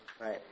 right